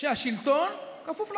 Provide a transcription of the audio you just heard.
שהשלטון כפוף לחוק.